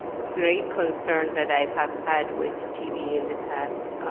great concern that i have had with tv in the past